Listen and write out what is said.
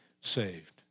saved